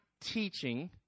teaching